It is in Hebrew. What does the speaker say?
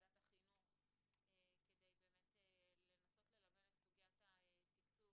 החינוך כדי באמת לנסות ללבן את סוגיית התקצוב